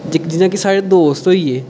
जि'यां कि साढ़े दोस्त होई गे